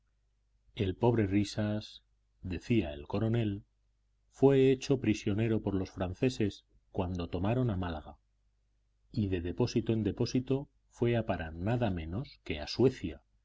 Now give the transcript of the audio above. el pobre risas decía el coronel fue hecho prisionero por los franceses cuando tomaron a málaga y de depósito en depósito fue a parar nada menos que a suecia